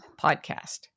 podcast